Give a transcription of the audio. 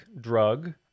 drug